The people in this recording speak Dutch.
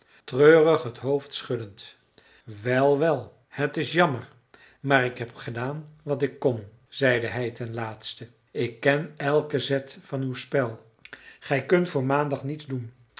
treurig het hoofd schuddend wel wel het is jammer maar ik heb gedaan wat ik kon zeide hij ten laatste ik ken elken zet van uw spel gij kunt voor maandag niets doen